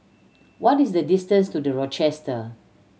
what is the distance to The Rochester